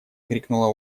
крикнула